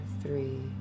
three